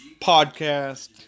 Podcast